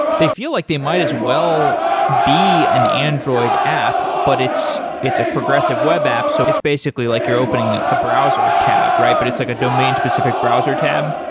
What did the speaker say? they feel like they might as well be an android app, but it's it's a progressive web app, so it's basically like you're opening a browser tab, right? but it's like a domain specific browser tab?